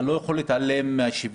אתה לא יכול להתעלם מהשוויון.